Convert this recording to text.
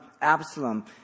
Absalom